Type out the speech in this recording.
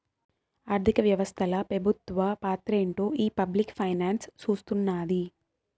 ఆర్థిక వ్యవస్తల పెబుత్వ పాత్రేంటో ఈ పబ్లిక్ ఫైనాన్స్ సూస్తున్నాది